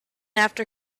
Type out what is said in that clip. after